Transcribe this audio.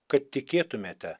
kad tikėtumėte